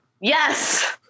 Yes